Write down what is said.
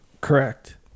Correct